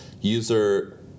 user